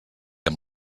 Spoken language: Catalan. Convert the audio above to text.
amb